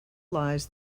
lies